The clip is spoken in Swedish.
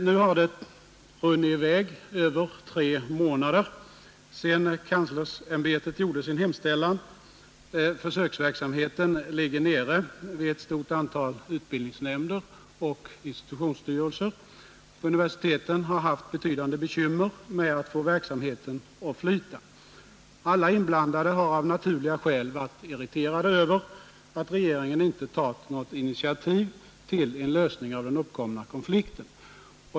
Det har nu förflutit över tre månader sedan kanslersämbetet gjorde sin hemställan, och försöksverksamheten ligger nere vid ett stort antal utbildningsnämnder och institutionsstyrelser. Universiteten har haft betydande bekymmer med att få verksamheten att flyta. Alla inblandade har av naturliga skäl varit irriterade över att regeringen inte tagit något initiativ till en lösning av den uppkomna konflikten.